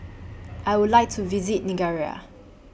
I Would like to visit Nigeria